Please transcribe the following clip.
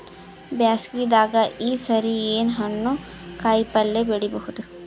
ಬ್ಯಾಸಗಿ ದಾಗ ಈ ಸರಿ ಏನ್ ಹಣ್ಣು, ಕಾಯಿ ಪಲ್ಯ ಬೆಳಿ ಬಹುದ?